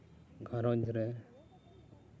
ᱜᱷᱟᱨᱚᱸᱡᱽ ᱨᱮ